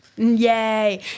Yay